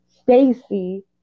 Stacy